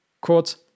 Quote